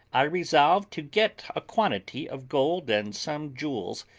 i resolved to get a quantity of gold and some jewels,